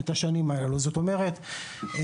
זאת אומרת,